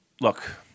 look